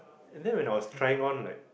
and then when I was trying on like